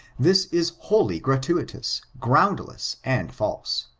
this is wholly gratuitous, groundless, and false.